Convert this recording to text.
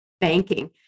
banking